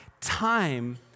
time